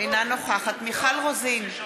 אינה נוכחת מיכל רוזין,